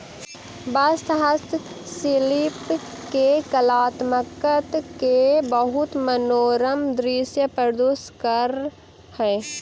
बाँस हस्तशिल्पि के कलात्मकत के बहुत मनोरम दृश्य प्रस्तुत करऽ हई